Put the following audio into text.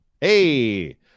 Hey